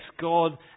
God